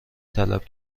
طلب